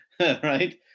right